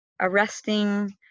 arresting